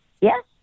Yes